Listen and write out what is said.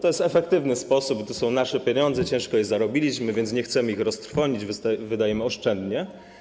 To jest efektywny sposób, bo to są nasze pieniądze, ciężko je zarobiliśmy, więc nie chcemy ich roztrwonić i wydajemy oszczędnie.